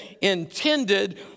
intended